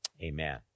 amen